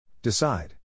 Decide